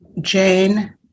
Jane